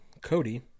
Cody